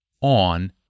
on